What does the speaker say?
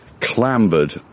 clambered